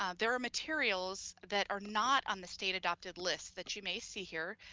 ah there are materials that are not on the state adopted list, that you may see here,